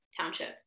township